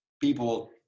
people